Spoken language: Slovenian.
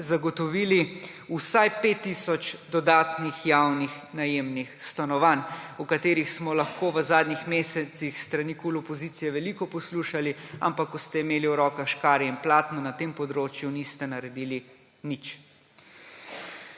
zagotovili vsaj 5 tisoč dodanih javnih najemnih stanovanj, o katerih smo lahko v zadnjih mesecih s strani opozicije KUL veliko poslušali, ampak ko ste imeli v rokah škarje in platno, na tem področju niste naredili nič.